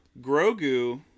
Grogu